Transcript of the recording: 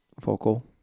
vocal